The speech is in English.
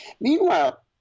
Meanwhile